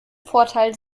vorteil